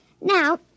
Now